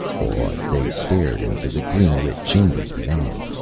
awed, they stared into the green-lit chambers beyond.